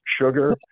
Sugar